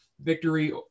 victory